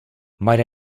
might